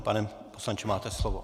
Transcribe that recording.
Pane poslanče, máte slovo.